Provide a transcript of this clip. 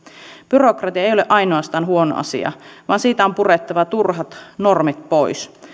byrokratia ei ole ainoastaan huono asia vaan siitä on purettava turhat normit pois